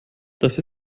das